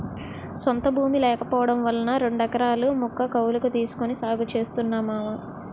సొంత భూమి లేకపోవడం వలన రెండెకరాల ముక్క కౌలకు తీసుకొని సాగు చేస్తున్నా మావా